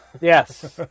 Yes